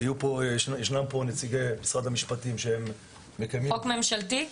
ישנם פה נציגי משרד המשפטים שהם מקיימים --- חוק ממשלתי?